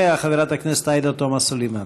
אחריה, חברת הכנסת עאידה תומא סלימאן.